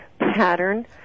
pattern